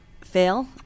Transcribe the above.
fail